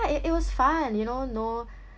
it it was fun you know no